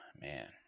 Man